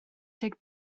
deg